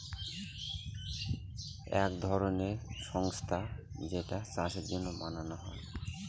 এক ধরনের সংস্থা যেইটা চাষের জন্য বানানো হয়